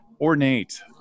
ornate